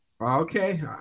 Okay